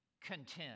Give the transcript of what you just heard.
content